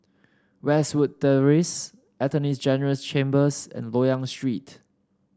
Westwood Terrace Attorney General's Chambers and Loyang Street